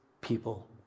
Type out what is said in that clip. people